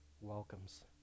welcomes